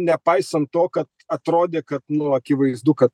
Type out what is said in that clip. nepaisant to kad atrodė kad buvo akivaizdu kad